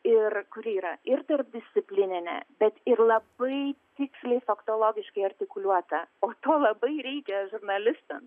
ir kuri yra ir tarpdisciplininė bet ir labai tiksliai faktologiškai artikuliuota o to labai reikia žurnalistams